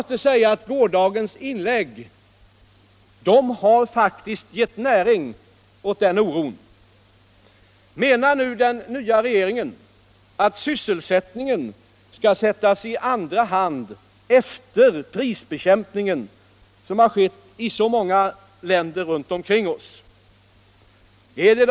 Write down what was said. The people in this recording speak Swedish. Gårdagens inlägg har faktiskt gett näring åt den oron. Menar nu den nya regeringen att sysselsättningen skall sättas i andra hand efter pris bekämpningen såsom skett i många länder runt omkring oss? Är det.